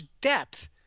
depth